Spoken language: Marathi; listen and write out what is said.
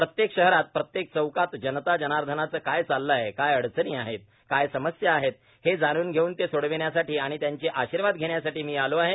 प्रत्येक शहरातए प्रत्येक चौकातए जनता जनार्धनाचं काय चाललयए काय अडचणी आहेतर काय समस्या आहेतर हे जाणून घेवून ते सोडविण्यासाठी आणि त्यांचे आशिर्वाद घेण्यासाठी मी आलो आहे